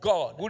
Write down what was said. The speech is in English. God